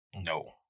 No